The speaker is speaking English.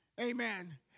amen